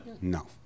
No